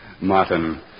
Martin